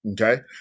Okay